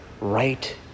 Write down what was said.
right